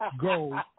Go